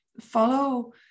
follow